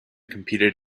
competed